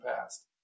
past